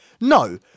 No